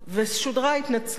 ושודרה התנצלות.